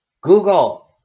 Google